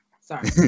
Sorry